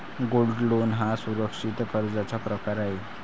gold loan हा सुरक्षित कर्जाचा प्रकार आहे